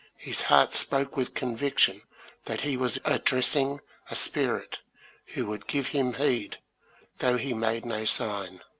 his heart spoke with conviction that he was address ing a spirit who would give him heed though he made no sign.